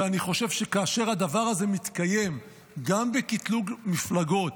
ואני חושב שכאשר הדבר הזה מתקיים גם בקטלוג מפלגות,